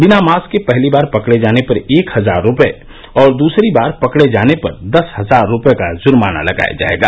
बिना मास्क के पहली बार पकड़े जाने पर एक हजार रूपये और दूसरी बार पकड़े जाने पर दस हजार रूपये का जुर्माना लगाया जायेगा